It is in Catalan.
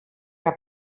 que